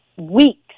weeks